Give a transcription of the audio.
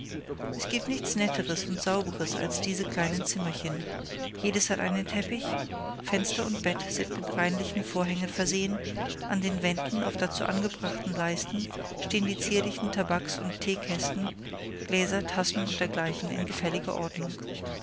es gibt nichts netteres und saubereres als diese kleinen zimmerchen jedes hat einen teppich fenster und bett sind mit reinlichen vorhängen versehen an den wänden auf dazu angebrachten leisten stehen die zierlichen tabaks und teekästen gläser tassen und dergleichen in gefälliger ordnung